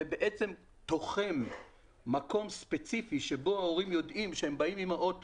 זה בעצם תוחם מקום ספציפי בו ההורים יודעים שהם באים עם הרכב,